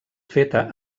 feta